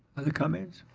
other comments?